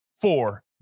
four